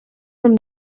from